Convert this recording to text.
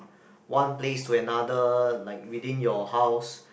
one place to another like within your house